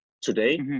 today